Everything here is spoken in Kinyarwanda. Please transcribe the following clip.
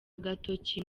agatoki